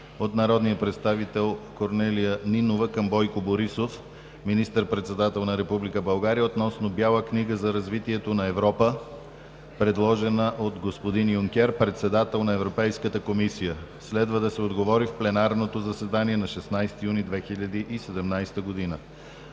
от народния представител Корнелия Нинова към Бойко Борисов – министър-председател на Република България, относно „Бяла книга за развитието на Европа“, предложена от господин Юнкер, председател на Европейската комисия. Следва да се отговори в пленарното заседание на 16 юни 2017 г.